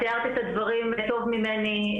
את תיארת את הדברים טוב ממני,